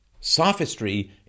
sophistry